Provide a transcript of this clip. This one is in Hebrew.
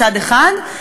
מצד אחד,